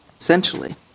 essentially